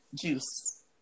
juice